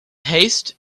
haste